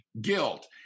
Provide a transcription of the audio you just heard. guilt